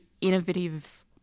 innovative